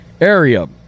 area